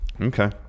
okay